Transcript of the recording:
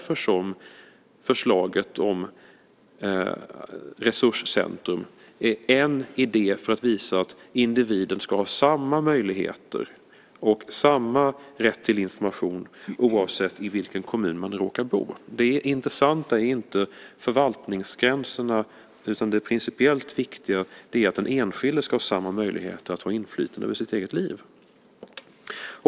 Förslaget om resurscentrum är en idé för att visa att individer ska ha samma möjligheter och samma rätt till information, oavsett vilken kommun man råkar bo i. Det intressanta är inte förvaltningsgränserna, utan det principiellt viktiga är att de enskilda ska ha samma möjligheter att ha inflytande över sitt eget liv.